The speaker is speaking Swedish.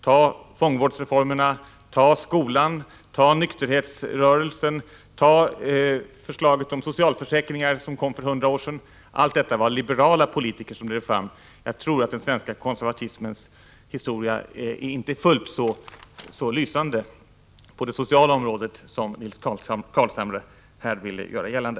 Ta fångvårdsreformerna, skolan, nykterhetsrörelsen, förslaget om socialförsäkringar som kom för hundra år sedanallt detta var det liberala politiker som drev fram. Den svenska konservatismens historia är inte fullt så lysande på det sociala området som Nils Carlshamre här ville göra gällande.